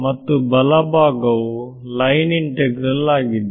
ಮತ್ತು ಬಲಭಾಗವು line integral ಆಗಿದೆ